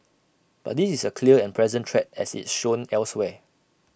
but this is A clear and present threat as it's shown elsewhere